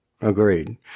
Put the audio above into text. Agreed